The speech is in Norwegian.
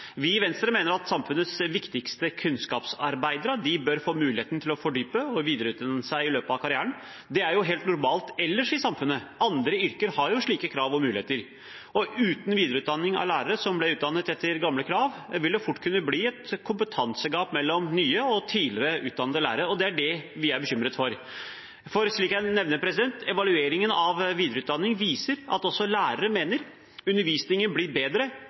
Vi i Venstre mener at samfunnets viktigste kunnskapsarbeidere bør få muligheten til å fordype seg og videreutdanne seg i løpet av karrieren. Det er helt normalt ellers i samfunnet, andre yrker har jo slike krav og muligheter. Uten videreutdanning av lærere som ble utdannet etter gamle krav, vil det fort kunne bli et kompetansegap mellom nye og tidligere utdannede lærere, og det er det vi er bekymret for. For det er slik som jeg nevner, at evalueringen av videreutdanning viser at også lærere mener at undervisningen blir bedre